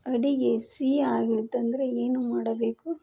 ಅಡುಗೆ ಸಿಹಿ ಆಗೋಯ್ತಂದರೆ ಏನು ಮಾಡಬೇಕು